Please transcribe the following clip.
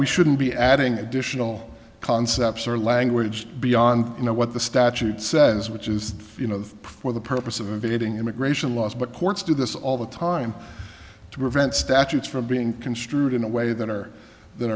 we shouldn't be adding additional concepts or language beyond you know what the statute says which is you know for the purpose of evading immigration laws but courts do this all the time to prevent statutes from being construed in a way that are that